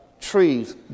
trees